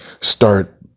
start